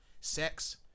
sex